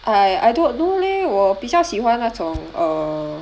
I I don't know leh 我比较喜欢那种 err